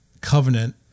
Covenant